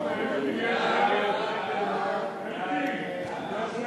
חוק לתיקון פקודת מס הכנסה (מס' 191),